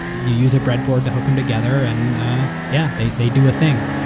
you use a breadboard to hook them together and yeah they they do a thing.